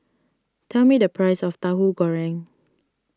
tell me the price of Tahu Goreng